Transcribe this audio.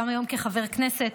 וגם היום כחבר כנסת.